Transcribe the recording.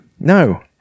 No